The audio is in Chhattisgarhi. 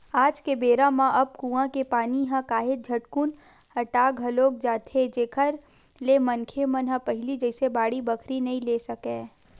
आज के बेरा म अब कुँआ के पानी ह काहेच झटकुन अटा घलोक जाथे जेखर ले मनखे मन ह पहिली जइसे बाड़ी बखरी नइ ले सकय